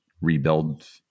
rebuild